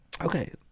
okay